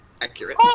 Accurate